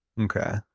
Okay